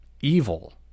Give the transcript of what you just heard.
Evil